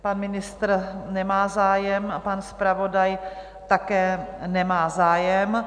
Pan ministr nemá zájem a pan zpravodaj také nemá zájem.